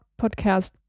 podcast